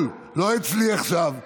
אבוטבול, לא אצלי עכשיו.